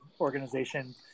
organization